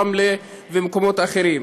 רמלה ומקומות אחרים.